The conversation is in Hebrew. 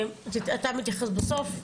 אתה מתייחס בסוף.